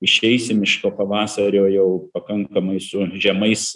išeisim iš to pavasario jau pakankamai su žemais